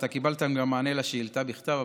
אתה קיבלת מענה על השאילתה גם בכתב,